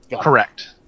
Correct